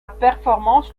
performance